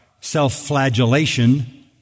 self-flagellation